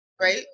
right